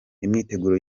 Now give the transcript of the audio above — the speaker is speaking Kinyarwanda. imyiteguro